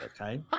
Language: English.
okay